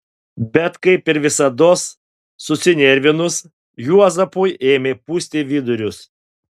bet kaip ir visados susinervinus juozapui ėmė pūsti vidurius